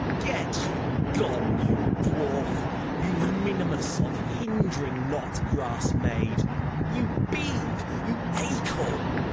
get you gone, you dwarf you minimus, of hind'ring knot-grass made you bead, you acorn.